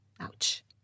Ouch